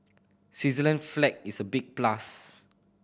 Switzerland's flag is a big plus